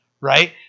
Right